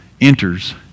enters